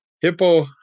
Hippo